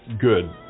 good